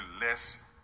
less